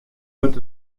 wurdt